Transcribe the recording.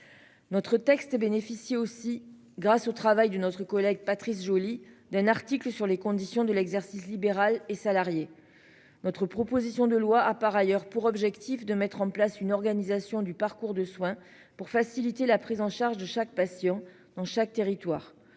Notre texte bénéficier aussi grâce au travail d'une autre collègue Patrice Joly d'un article sur les conditions de l'exercice libéral et salariés. Notre proposition de loi a par ailleurs pour objectif de mettre en place une organisation du parcours de soin pour faciliter la prise en charge de chaque patient dans chaque territoire,